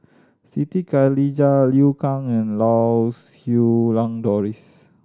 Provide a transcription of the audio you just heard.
Siti Khalijah Liu Kang and Lau Siew Lang Doris